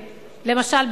למשל,